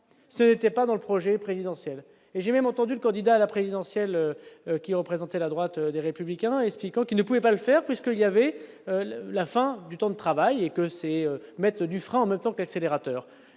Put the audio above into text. ce n'était pas dans le projet présidentiel et j'ai même entendu le candidat à la présidentielle, qui représentait la droite des républicains, expliquant qu'il ne pouvait pas le faire parce que il y avait la fin du temps de travail et que ses maîtres du franc même tant qu'accélérateurs